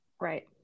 right